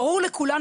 ברור לכולנו,